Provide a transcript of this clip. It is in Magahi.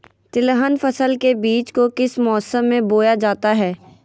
तिलहन फसल के बीज को किस मौसम में बोया जाता है?